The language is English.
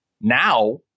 Now